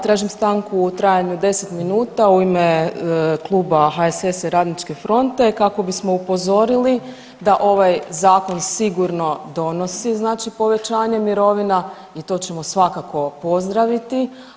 Tražim stanku u trajanju od 10 minuta u ime kluba HSS-a i Radničke fronte kako bismo upozorili da ovaj zakon sigurno donosi, znači povećanje mirovina i to ćemo svakako pozdraviti.